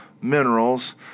minerals